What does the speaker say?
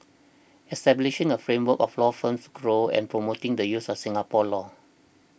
establishing a framework for law firms to grow and promoting the use of Singapore law